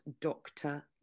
Doctor